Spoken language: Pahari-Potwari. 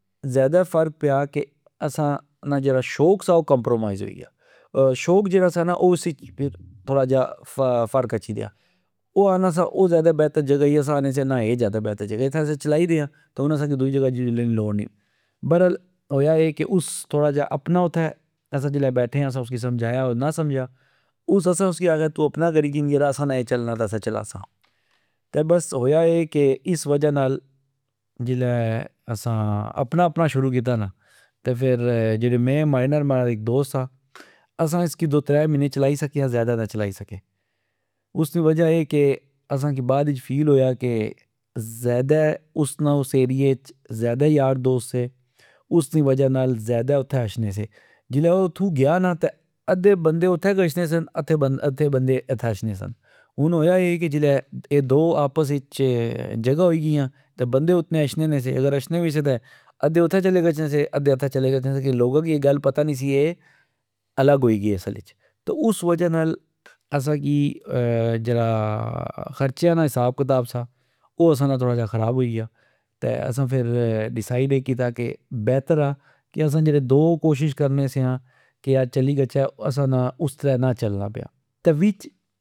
ذئدہ فرق پیا کہ اسا نا جیڑا شوق سا او کمپرومائز ہوئی گیا۔ شوق جیڑا سا نا اس وچ تھوڑا جا فرق اچھی ریا، او آنا سا او ذئدا بیتر جگہ ای اسا آنے سیا نا اے ذئدہ بیتر جگہ ای ۔اتھے اسا چلائی رے آ ہن اسا دؤئی جگہ جلنے نی لوڑ نی ۔برل ہویا اے اسا اپنا اتھہ جلہ بیٹھے آ اسی سمجا یا او نا سمجیا ۔اس اسا اسی آکھیا تو اپنا کری کن یرا اسا نا اے چلنا تہ اسا چلاسا تہ بس ہویا اے کہ اس وجہ نال جلہ اسا اپنا اپنا شروع کیتا نا، جیڑا مین ماڑے نال جیڑا اک دوست سا اسا اسکی اسکی دو ترہ مہینے چلائی سکے آ ذئدہ نا چلائی سکے ۔اسنی وجہ اے کے اسا کی بعد اچ فیل ہویا کہ زئدہ اسنا اس ایریہز زئدہ یار دوست سے ،اسنی وجہ نال ذئدہ اتھہ اچھنے سے جلہ او اتھو گیا نا ادھے بندے اتھہ گچھنے سن ،ادھے بندے اتھہ اچھنے سن ۔ہن اویا اے کہ جلہ اے دو آپس اچ جگہ ہوئی گیا تہ بندے اتنے اچھنے سے سے اگر اچھنے وی سے تہ ادھے اتھے چلے گچھنے سے ادھے اتھہ چلے گچھنے سے کیاکہ لوکا کی اے الگ ہوئی گئے اصل اچ۔ تہ اس وجہ نال اسا کی جیڑا خرچیا نا حساب کتاب سا او اسا نا تھوڑا خراب ہوئی گیا تہ اسا فرڈیسائڈ کیتا کہ اسا دو جیڑے کوشش کرنے سیا کہ اہ چلی گچھہ تہ او نیا چلنا پیا تہ وش